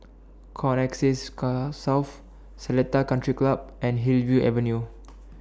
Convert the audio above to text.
Connexis South Seletar Country Club and Hillview Avenue